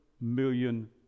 million